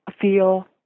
feel